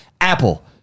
Apple